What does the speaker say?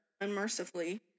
unmercifully